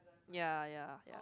ya ya